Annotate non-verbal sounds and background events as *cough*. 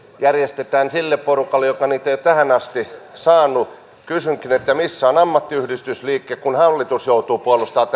järjestetään sille porukalle joka niitä ei ole tähän asti saanut kysynkin missä on ammattiyhdistysliike kun hallitus joutuu puolustamaan *unintelligible*